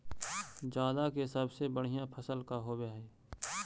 जादा के सबसे बढ़िया फसल का होवे हई?